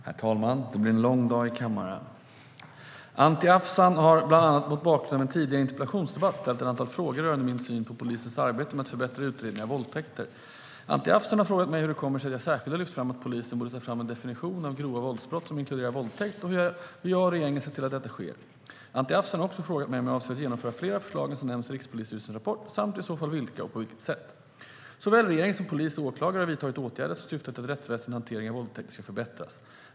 Herr talman! Det blir en lång dag i kammaren. Anti Avsan har, bland annat mot bakgrund av en tidigare interpellationsdebatt, ställt ett antal frågor rörande min syn på polisens arbete med att förbättra utredningar av våldtäkter. Anti Avsan har frågat mig hur det kommer sig att jag särskilt har lyft fram att polisen borde ta fram en definition av grova våldsbrott, som inkluderar våldtäkt, och hur jag och regeringen ska se till att detta sker. Anti Avsan har också frågat mig om jag avser att genomföra fler av förslagen som nämns i Rikspolisstyrelsens rapport samt i så fall vilka och på vilket sätt. Såväl regeringen som polis och åklagare har vidtagit åtgärder som syftar till att rättsväsendets hantering av våldtäkter ska förbättras.